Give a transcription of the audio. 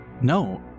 No